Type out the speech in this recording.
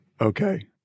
Okay